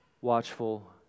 watchful